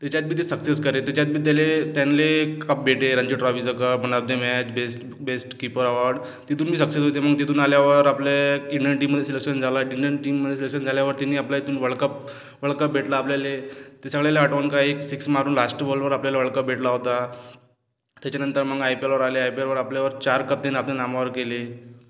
त्याच्यात बी ते सक्सेस करे त्याच्यात बी त्याला त्यानले कप भेटे रणजी ट्रॉपीचा cup man of the match best best keeper award तिथूनबी सक्सेस होते मग तिथून आल्यावर आपले इंडियन टीममध्ये सिलेक्शन झालं इंडिअन टीममध्ये सिलेक्शन झाल्यावर त्यांनी आपला इथून वर्ल्डकप वर्ल्डकप भेटलं आपल्याला ते सगळे लई आठवून क एक सिक्स मारून लास्ट बॉलवर आपल्याला वर्ल्डकप भेटला होता त्याच्यानंतर मग आयपीयलवर आले आयपीयलवर आपल्यावर चार कप त्यानं आपल्या नामावर केले